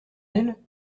elle